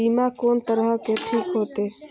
बीमा कोन तरह के ठीक होते?